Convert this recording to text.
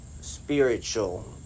spiritual